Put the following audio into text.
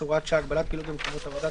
החדש (הוראת שעה)(הגבלת פעילות במקומות עבודה),